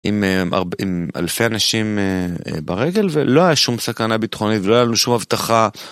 עם אלפי אנשים ברגל ולא היה שום סכנה ביטחונית ולא היה לנו שום הבטחה.